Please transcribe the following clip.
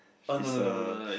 she's a